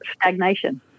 stagnation